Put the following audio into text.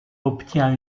obtient